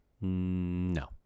No